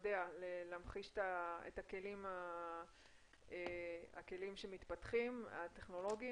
להמחיש את הכלים המתפתחים הטכנולוגיים